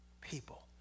people